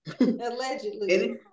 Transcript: Allegedly